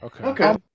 Okay